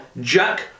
Jack